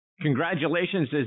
Congratulations